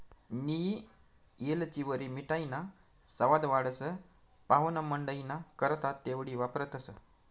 नियी येलचीवरी मिठाईना सवाद वाढस, पाव्हणामंडईना करता तेवढी वापरतंस